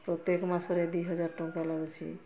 ପ୍ରତ୍ୟେକ ମାସରେ ଦୁଇହଜାର ଟଙ୍କା ଲାଗୁଛି